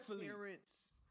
parents